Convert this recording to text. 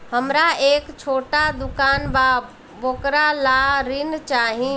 हमरा एक छोटा दुकान बा वोकरा ला ऋण चाही?